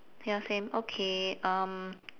ya same okay um